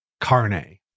carne